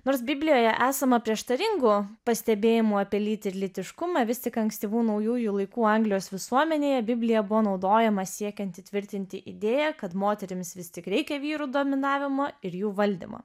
nors biblijoje esama prieštaringų pastebėjimų apie lytį ir lytiškumą vis tik ankstyvų naujųjų laikų anglijos visuomenėje biblija buvo naudojama siekiant įtvirtinti idėją kad moterims vis tik reikia vyrų dominavimo ir jų valdymo